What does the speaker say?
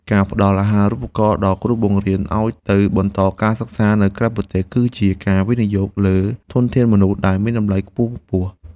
ការផ្តល់អាហារូបករណ៍ដល់គ្រូបង្រៀនឱ្យទៅបន្តការសិក្សានៅក្រៅប្រទេសគឺជាការវិនិយោគលើធនធានមនុស្សដែលមានតម្លៃខ្ពង់ខ្ពស់។